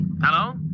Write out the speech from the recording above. Hello